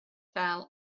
fell